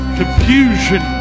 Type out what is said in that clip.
confusion